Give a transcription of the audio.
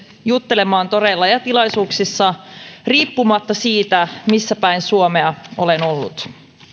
juttelemaan toreilla ja tilaisuuksissa riippumatta siitä missä päin suomea olen ollut